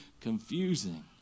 confusing